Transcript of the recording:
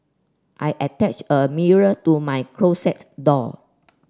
I attached a mirror to my closet door